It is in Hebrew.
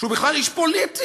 שהוא בכלל איש פוליטי,